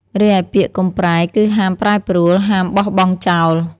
រីឯពាក្យ "កុំប្រែ" គឺហាមប្រែប្រួល ហាមបោះបង់ចោល។